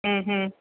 ഹും ഹും